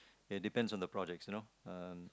it depend on the projects you know um